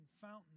Fountain